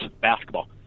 basketball